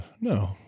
no